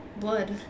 blood